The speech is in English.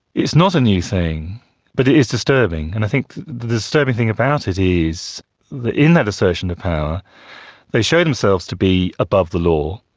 is not a new thing but it is disturbing, and i think the disturbing thing about it is that in that assertion of power they show themselves to be above the law,